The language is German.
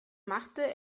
machte